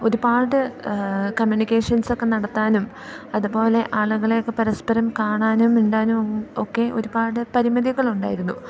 ഒരുപാട് communications okay നടത്താനും അതുപോലെ ആളുകളെയൊക്കെ പരസ്പരം കാണാനും മിണ്ടാനും ഒക്കെ ഒരുപാട് പരിമിതികളുണ്ടായിരുന്നു